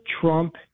Trump